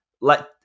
Let